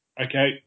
Okay